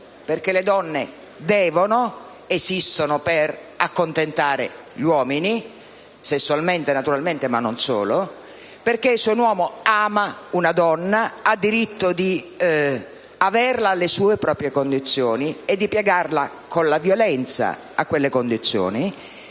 perché le donne devono, esistono per accontentare gli uomini (sessualmente, ma non solo); perché se un uomo ama una donna ha diritto di averla alle sue proprie condizioni e di piegarla con la violenza a quelle condizioni;